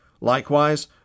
Likewise